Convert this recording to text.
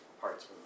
parts